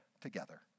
together